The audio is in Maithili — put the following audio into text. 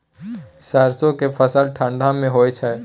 सरसो के फसल ठंडा मे होय छै?